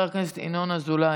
חבר הכנסת ינון אזולאי,